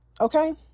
okay